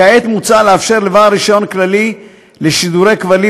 כעת מוצע לאפשר לבעל רישיון כללי לשידורי כבלים